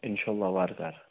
اِنشاء اللہ وارکار